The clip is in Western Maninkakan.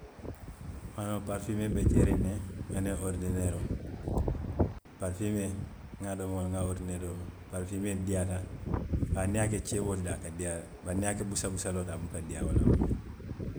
Hani woo parifiimee be keeriŋ ne, aniŋ oridineeroo, parifiimee n ŋa a domo le, n ŋa oridineeroo domo, parifiimee le diyaata haa niŋ i ye a ke ceeboo ti. a ka diyaa le bari niŋ i ye a ke busabusaloo ti, a buka diyaa wo la